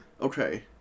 Okay